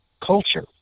culture